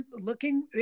looking